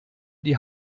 die